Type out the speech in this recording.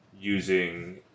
using